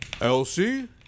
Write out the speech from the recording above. Elsie